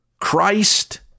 Christ